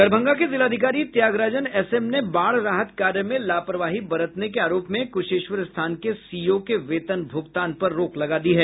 दरभंगा के जिलाधिकारी Tyagarajan S M ने बाढ़ राहत कार्य में लापरवाही बरतने के आरोप में कुशेश्वरस्थान के सीओ के वेतन भुगतान पर रोक लगा दी है